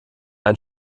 ein